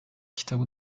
kitabı